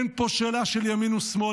אין פה שאלה של ימין ושמאל,